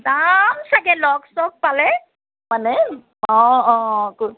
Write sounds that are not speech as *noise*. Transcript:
যাম চাগে লগ চগ পালে মানে অঁ অঁ *unintelligible*